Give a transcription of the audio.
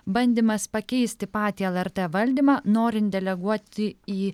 bandymas pakeisti patį lrt valdymą norint deleguoti į